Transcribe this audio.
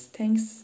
thanks